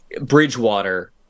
Bridgewater